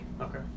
Okay